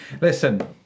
Listen